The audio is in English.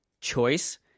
choice